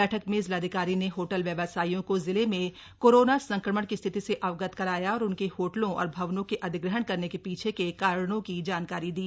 बैठक में जिलाधिकारी ने होटल व्यवसायियों को जिले में कोरोना संक्रमण की स्थिति से अवगत कराया और उनके होटलों और भवनों के अधिग्रहण करने के पीछे के कारणों की जानकारी दी